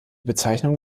bezeichnung